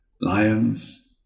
Lions